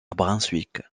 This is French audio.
brunswick